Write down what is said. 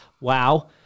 Wow